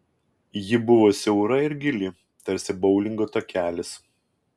ji buvo siaura ir gili tarsi boulingo takelis